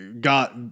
got